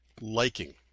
liking